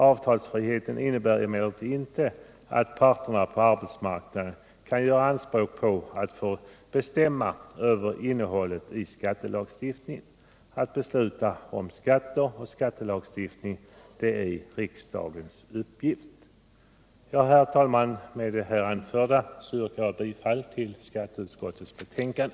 Avtalsfriheten innebär emellertid inte att parterna på arbetsmarknaden kan göra anspråk på att få bestämma över innehållet i skattelagstiftningen. Att besluta om skatter och skattelagstiftning är riksdagens uppgift. Herr talman! Med det här anförda yrkar jag bifall till skatteutskottets betänkande.